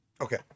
Okay